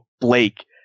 Blake